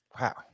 Wow